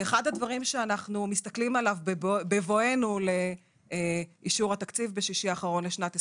אחד הדברים שאנחנו מסתכלים עליו בבואנו לאישור התקציב לשנת 2023,